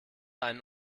einen